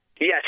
Yes